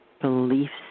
beliefs